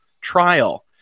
trial